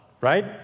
Right